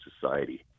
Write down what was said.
society